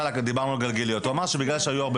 דיברנו על גלגיליות והוא אמר שיש הרבה